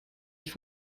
mich